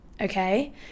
Okay